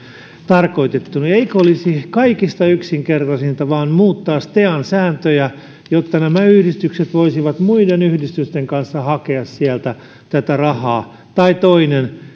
tarkoitettu eikö olisi kaikista yksinkertaisinta vain muuttaa stean sääntöjä jotta nämä yhdistykset voisivat muiden yhdistysten kanssa hakea sieltä tätä rahaa tai toinen tapa olisi